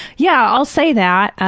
yeah, i'll say that.